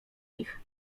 nich